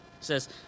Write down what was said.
says